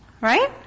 Right